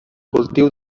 cultiu